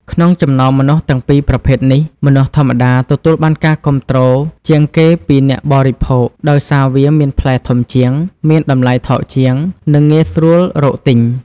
ក្នុងចំណោមម្នាស់ទាំងពីរប្រភេទនេះ ម្នាស់ធម្មតា ទទួលបានការគាំទ្រជាងគេពីអ្នកបរិភោគ ដោយសារវាមានផ្លែធំជាង មានតម្លៃថោកជាង និងងាយស្រួលរកទិញ។